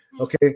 Okay